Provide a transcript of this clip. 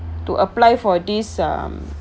to apply for this um